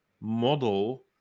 model